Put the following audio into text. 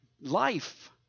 life